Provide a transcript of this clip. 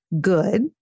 good